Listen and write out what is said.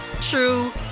true